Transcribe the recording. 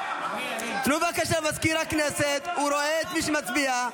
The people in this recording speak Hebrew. תנו בבקשה למזכיר הכנסת, הוא רואה את מי שמצביע.